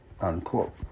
unquote